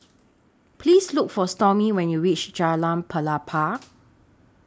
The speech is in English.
Please Look For Stormy when YOU REACH Jalan Pelepah